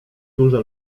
duże